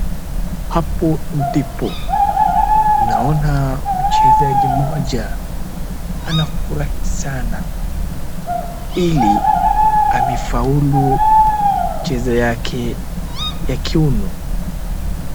Hapo ndipo, naona mchezaji mmoja anafurahi sana ili amefaulu mchezo wake ya kiuno.